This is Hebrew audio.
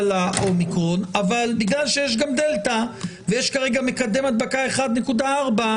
ה-אומיקרון אבל בגלל שיש גם דלתא ויש כרגע מקדם הדבקה 1.4,